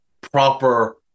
proper